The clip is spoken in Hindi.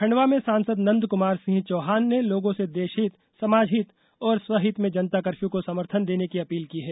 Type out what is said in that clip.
खंडवा में सांसद नंद कुमार सिंह चौहान ने लोगों से देशहित समाजहित और स्वहित में जनता कर्फ्यू को समर्थन देने की अपील की है